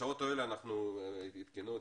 בשעות אלה מתקיים דיון